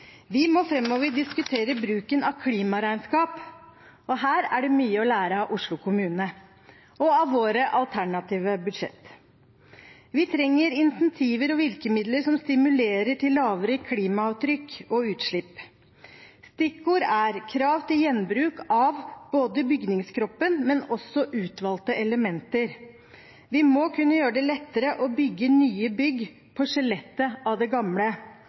Vi må framover diskutere bruken av klimaregnskap. Her er det mye å lære av Oslo kommune og av våre alternative budsjett. Vi trenger incentiver og virkemidler som stimulerer til lavere klimaavtrykk og utslipp. Stikkord er krav til gjenbruk av både bygningskroppen og utvalgte elementer. Vi må kunne gjøre det lettere å bygge nye bygg på skjelettet av det gamle.